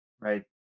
right